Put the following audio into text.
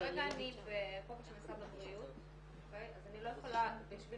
כרגע אני בכובע של משרד הבריאות אז אני לא יכולה --- בשביל